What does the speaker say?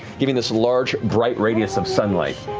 giving this large bright radius of sunlight.